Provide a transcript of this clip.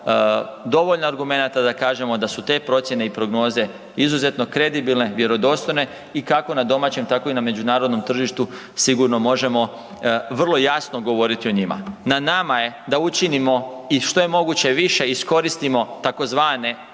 dovoljno argumenta da kažemo da su te procjene i prognoze izuzetno kredibilne, vjerodostojne i kako na domaćem tako i na međunarodnom tržištu sigurno možemo vrlo jasno govoriti o njima. Na nama je da učinimo i što je moguće više iskoristimo tzv.